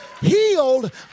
healed